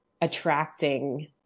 attracting